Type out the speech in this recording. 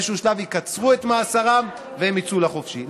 באיזשהו שלב יקצרו את מאסרם והם יצאו ולחופשי.